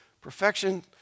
Perfection